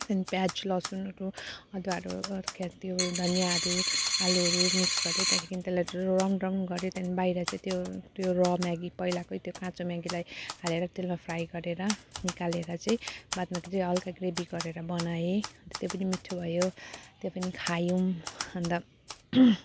त्यहाँ प्याज लसुनहरू अदुवाहरू अर क्या त्यो धनियाँ आलु आलुहरू मिक्स गऱ्यो त्यहाँदेखि त्यसलाई रङ रङ गऱ्यो त्यहाँ बाहिर चाहिँ त्यो त्यो र म्यागी पहिलाकै त्यो काँचो म्यागीलाई हालेर त्यसलाई फ्राई गरेर निकालेर चाहिँ बादमा हल्का ग्रेभी गरेर बनाएँ अन्त त्यो पनि मिठो भयो त्यो पनि खायौँ अन्त